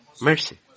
Mercy